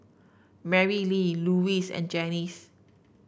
Marylee Luis and Janice